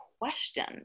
question